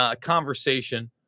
conversation